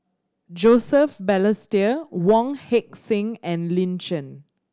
Joseph Balestier Wong Heck Sing and Lin Chen